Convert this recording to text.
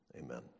Amen